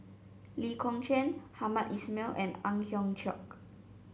Lee Kong Chian Hamed Ismail and Ang Hiong Chiok